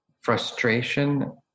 frustration